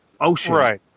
ocean